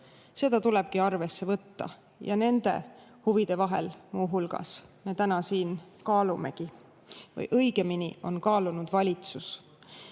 Seda tulebki arvesse võtta. Nende huvide vahel muuhulgas me täna siin kaalumegi, õigemini on kaalunud valitsus,